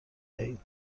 دهید